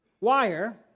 wire